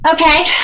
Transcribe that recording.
Okay